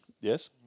Yes